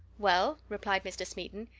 well, replied mr. smeaton,